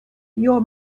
your